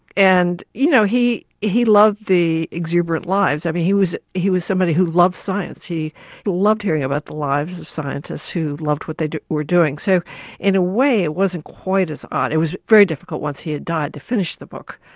and you know he he loved the exuberant lives. but he was he was somebody who loved science he loved hearing about the lives of scientists who loved what they were doing. so in a way it wasn't quite as odd, it was very difficult once he had died to finish the book.